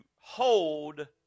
hold